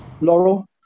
Laurel